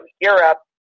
Europe